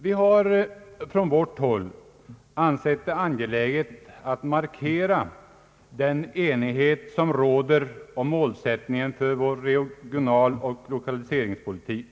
Vi har från vårt håll ansett det angeläget att markera den enighet som råder om målsättningen för vår regionaloch lokaliseringspolitik.